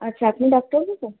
আচ্ছা আপনি ডাক্তারবাবু